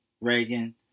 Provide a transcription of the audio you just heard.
Reagan